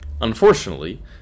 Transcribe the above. Unfortunately